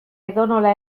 edonola